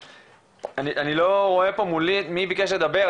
אני לא רואה פה מולי מי ביקש לדבר,